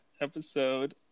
episode